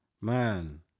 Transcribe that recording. Man